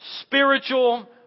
spiritual